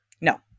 No